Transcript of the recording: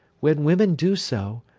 when women do so,